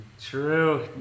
True